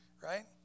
right